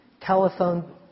telephone